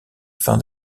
fin